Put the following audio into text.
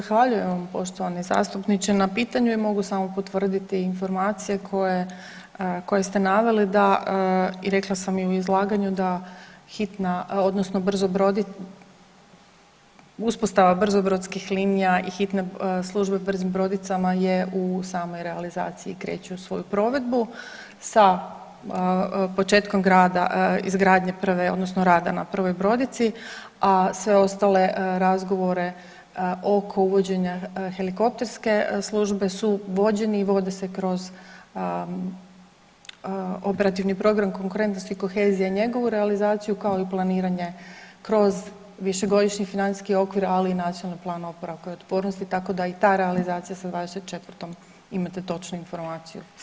Zahvaljujem vam poštovani zastupniče na pitanju i mogu samo potvrditi informacije koje, koje ste naveli da i rekla sam i u izlaganju da hitna odnosno brzo, uspostava brzobrodskih linija i hitne službe brzim brodicama je u samoj realizaciji i kreće u svoju provedbu sa početkom izgradnje prve odnosno rada na prvoj brodici, a sve ostale razgovore oko uvođenja helikopterske službe su vođeni i vode se kroz operativni program Konkurentnost i kohezija njegovu realizaciju kao i planiranje kroz višegodišnji financijski okvir ali i Nacionalni plan oporavka i otpornosti tako da i ta realizacija sa '24., imate točnu informaciju starta.